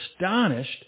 astonished